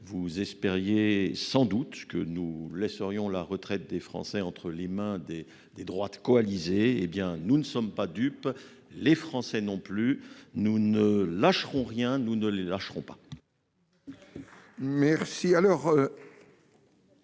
Vous espériez sans doute que nous laisserions la retraite des Français entre les mains des droites coalisées. Nous ne sommes pas dupes, les Français non plus : nous ne lâcherons rien, nous ne les lâcherons pas !